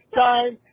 time